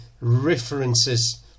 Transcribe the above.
references